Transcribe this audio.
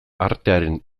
artearen